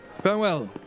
Farewell